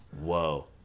Whoa